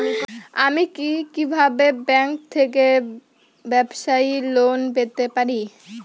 আমি কি কিভাবে ব্যাংক থেকে ব্যবসায়ী লোন পেতে পারি?